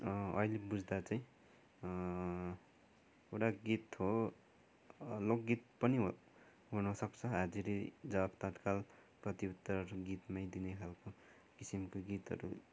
अहिले बुझ्दा चाहिँ पुरा गीत हो लोक गीत पनि हुनसक्छ हाजिरी जवाब तत्काल प्रत्युत्तरहरू गीतमै दिने खालको किसिमको गीतहरू